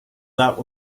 that